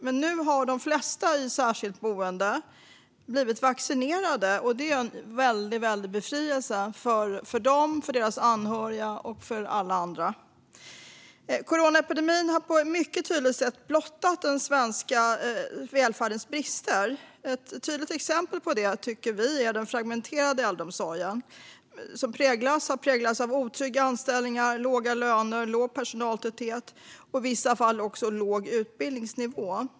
Men nu har de flesta i särskilt boende blivit vaccinerande, och det är en väldig befrielse för dem, för deras anhöriga och för alla andra. Coronaepidemin har på ett mycket tydligt sätt blottat den svenska välfärdens brister. Ett tydligt exempel på det tycker vi är den fragmenterade äldreomsorgen, som präglats av otrygga anställningar, låga löner, låg personaltäthet och i vissa fall också låg utbildningsnivå.